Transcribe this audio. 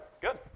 Good